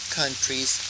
countries